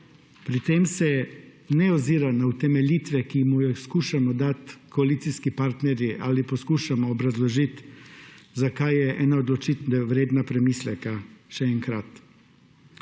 Pri tem se ne ozira na utemeljitve, ki mu jih skušamo dati koalicijski partnerji ali poskušamo obrazložiti, zakaj je ena odločitev še enkrat